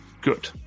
good